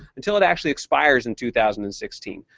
until it actually expires in two thousand and sixteen.